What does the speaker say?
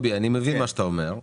אני מבין את מה שאתה אומר,